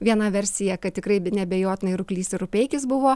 viena versija kad tikrai neabejotinai ruklys ir rupeikis buvo